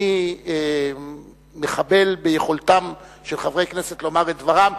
אני מחבל ביכולתם של חברי כנסת לומר את דברם,